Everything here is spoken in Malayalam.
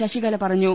ശശികല പറഞ്ഞു